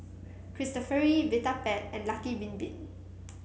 Cristofori Vitapet and Lucky Bin Bin